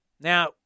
Now